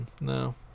No